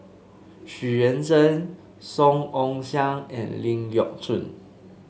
Xu Yuan Zhen Song Ong Siang and Ling Geok Choon